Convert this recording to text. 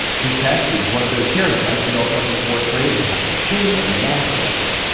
his test is one of those hearing tests we all took in the fourth grade. he'd have the machine and the mask and everything.